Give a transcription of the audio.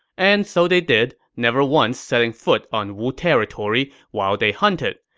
and so they did, never once setting foot on wu territory while they hunted.